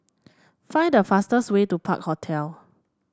find the fastest way to Park Hotel